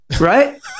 Right